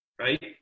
right